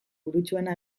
burutsuena